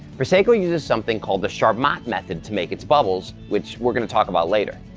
prosecco uses something called the charmat method to make its bubbles which we're gonna talk about later.